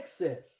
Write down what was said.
access